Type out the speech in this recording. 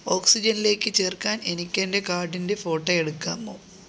ഓക്സിജൻലേക്ക് ചേർക്കാൻ എനിക്കെന്റെ കാർഡിന്റെ ഫോട്ടോ എടുക്കാമോ